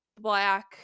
black